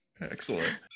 Excellent